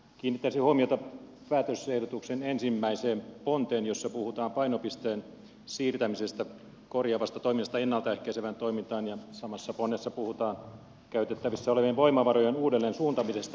kiinnittäisin huomiota päätösehdotuksen ensimmäiseen ponteen jossa puhutaan painopisteen siirtämisestä korjaavasta toiminnasta ennalta ehkäisevään toimintaan ja samassa ponnessa puhutaan käytettävissä olevien voimavarojen uudelleen suuntaamisesta